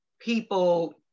people